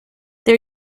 they